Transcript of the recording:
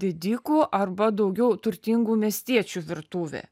didikų arba daugiau turtingų miestiečių virtuvė